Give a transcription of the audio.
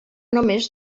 només